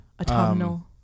autumnal